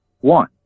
One